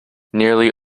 nearly